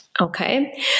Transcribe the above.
Okay